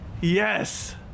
Yes